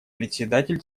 председатель